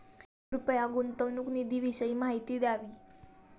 कृपया गुंतवणूक निधीविषयी माहिती द्यावी